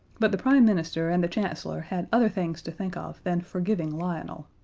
but the prime minister and the chancellor had other things to think of than forgiving lionel.